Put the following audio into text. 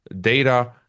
data